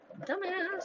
Dumbass